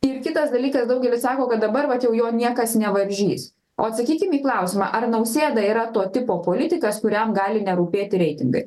ir kitas dalykas daugelis sako kad dabar vat jau jo niekas nevaržys o atsakykim į klausimą ar nausėda yra to tipo politikas kuriam gali nerūpėti reitingai